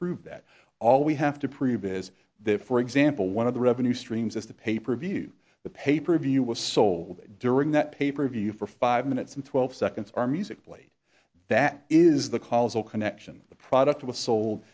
prove that all we have to prove is that for example one of the revenue streams is the pay per view the paper view was sold during that paper view for five minutes and twelve seconds are music played that is the causal connection the product was sold